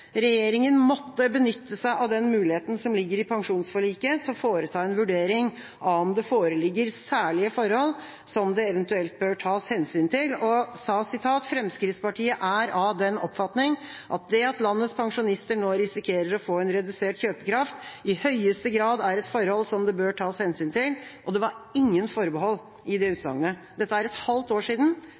regjeringen måtte benytte seg av den muligheten som ligger i pensjonsforliket, til å foreta en vurdering av om det foreligger særlige forhold som det eventuelt bør tas hensyn til, og sa: «Fremskrittspartiet er av den oppfatning at det at landets pensjonister nå risikerer å få en redusert kjøpekraft, i høyeste grad er et særlig forhold som det bør tas hensyn til.» Og det var ingen forbehold i det utsagnet. Dette er et halvt år siden.